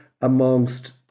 amongst